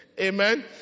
Amen